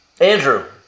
Andrew